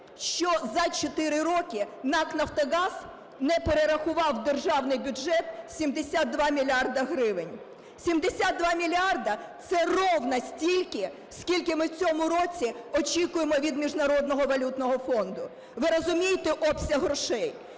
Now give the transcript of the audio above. що за 4 роки НАК "Нафтогаз" не перерахував в державний бюджет 72 мільярда гривень. 72 мільярда – це рівно стільки, скільки ми в цьому році очікуємо від Міжнародного валютного фонду. Ви розумієте обсяг грошей?